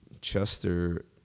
Chester